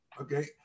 okay